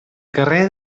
carrer